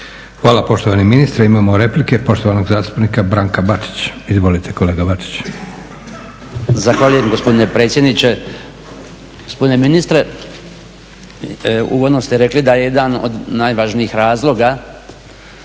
Hvala poštovani ministre, imamo replike poštovanog zastupnika Branka Bačića. Izvolite kolega Bačić. **Bačić, Branko (HDZ)** Zahvaljujem gospodine predsjedniče. Gospodine ministre, uvodno ste rekli da je jedan od najvažnijih razloga